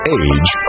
age